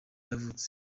yavutse